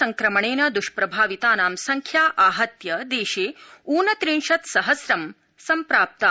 संक्रमणेन द्वष्प्रभावितानां संख्या आहत्य देशे ऊनत्रिंशत् सहस्रं सम्प्राप्ता